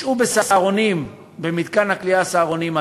ישהו עד אז במתקן הכליאה "סהרונים".